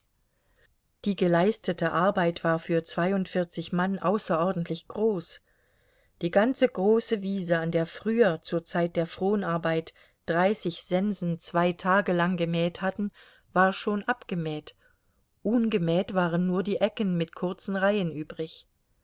die geleistete arbeit war für zweiundvierzig mann außerordentlich groß die ganze große wiese an der früher zur zeit der fronarbeit dreißig sensen zwei tage lang gemäht hatten war schon abgemäht ungemäht waren nur die ecken mit kurzen reihen übrig